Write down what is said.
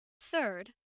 Third